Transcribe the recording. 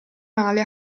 male